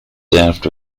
served